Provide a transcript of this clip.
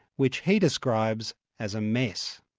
which he describes as a mess.